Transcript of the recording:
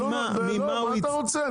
מה אתה רוצה?